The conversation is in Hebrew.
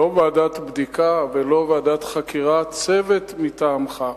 ולא ועדת בדיקה ולא ועדת חקירה, צוות מטעמך,